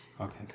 Okay